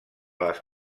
les